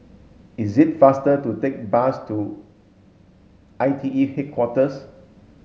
it is faster to take the bus to I T E Headquarters